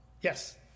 yes